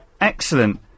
Excellent